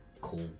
cool